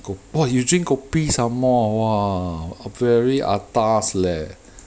got pot you drink kopi somemore !wah! ah very atas leh